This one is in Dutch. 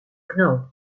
knoop